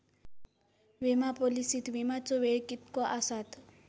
विमा पॉलिसीत विमाचो वेळ कीतको आसता?